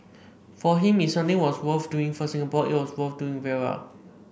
for him if something was worth doing for Singapore it was worth doing very well